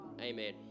Amen